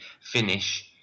finish